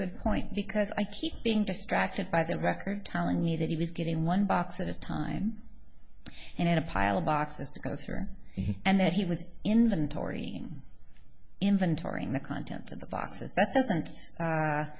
good point because i keep being distracted by the record telling me that he was getting one box at a time and a pile of boxes to go through and that he was inventory inventorying the contents of the boxes